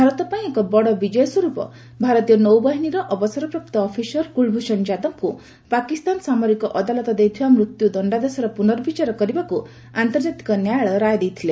ଭାରତପାଇଁ ଏକ ବଡ଼ ବିଜୟ ସ୍ୱର୍ପ ଭାରତୀୟ ନୌବାହିନୀର ଅବସରପ୍ରାପ୍ତ ଅଫିସର କକଳଭ୍ ଷଣ ଯାଦବଙ୍କୁ ପାକିସ୍ତାନ ସାମରିକ ଅଦାଲତ ଦେଇଥିବା ମୃତ୍ୟୁ ଦଶ୍ଚାଦେଶର ପ୍ରନର୍ବିଚାର କରିବାକୁ ଆନ୍ତର୍ଜାତିକ ନ୍ୟାୟାଳୟ ରାୟ ଦେଇଥିଲେ